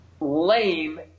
lame